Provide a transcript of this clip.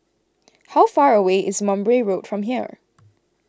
how far away is Mowbray Road from here